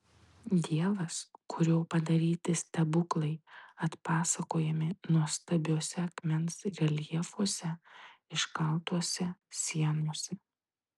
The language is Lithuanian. dievas kurio padaryti stebuklai atpasakojami nuostabiuose akmens reljefuose iškaltuose sienose